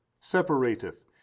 separateth